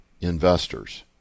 investors